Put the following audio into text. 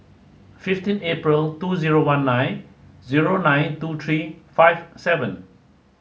fifteen April two zero one nine zero nine two three five seven